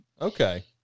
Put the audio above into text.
okay